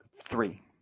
Three